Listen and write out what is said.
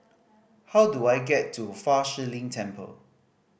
how do I get to Fa Shi Lin Temple